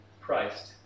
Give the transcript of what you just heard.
Christ